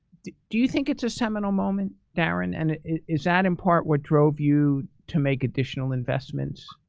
do you think it's a seminal moment, darren? and is that in part what drove you to make additional investments?